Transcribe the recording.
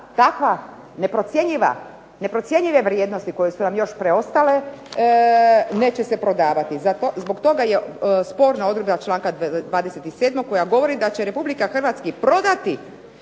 takve neprocjenjive vrijednosti koje su nam još preostale neće se prodavati. Zbog toga je sporna odredba članka 27. koja govori da će Republika Hrvatska prodati